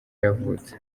yavutse